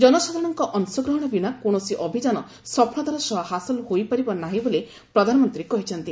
ଜନସାଧାରଣଙ୍କ ଅଂଶଗ୍ରହଣ ବିନା କୌଣସି ଅଭିଯାନ ସଫଳତାର ସହ ହାସଲ ହୋଇପାରିବ ନାହିଁ ବୋଲି ପ୍ରଧାନମନ୍ତ୍ରୀ କହିଛନ୍ତି